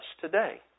today